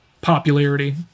popularity